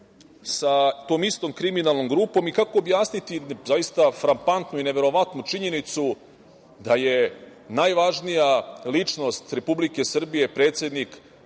sa tom istom kriminalnom grupom i kako objasniti, zaista frapantnu i neverovatno činjenicu, da je najvažnija ličnost Republike Srbije predsednik